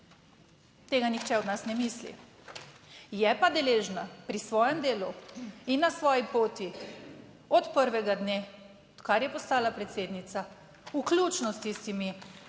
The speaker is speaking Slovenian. tega nihče od nas ne misli. Je pa deležna pri svojem delu in na svoji poti od prvega dne, odkar je postala predsednica, vključno s tistimi,